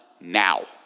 now